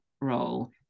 role